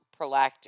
prolactin